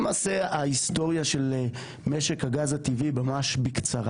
למעשה ההיסטוריה של משק הגז הטבעי ממש בקצרה